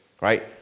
Right